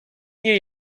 nie